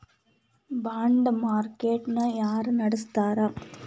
ಬಾಂಡ market ನ ಯಾರ ನಡಸ್ತಾರ?